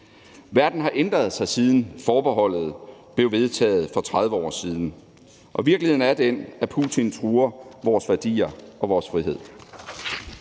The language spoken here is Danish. Verden har ændret sig, siden forbeholdet blev vedtaget for 30 år siden. Virkeligheden er den, at Putin truer vores værdier og vores frihed.